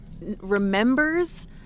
remembers